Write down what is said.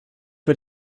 für